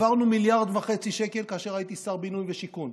העברנו 1.5 מיליארד שקל כאשר הייתי שר הבינוי והשיכון,